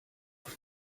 auf